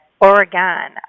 Oregon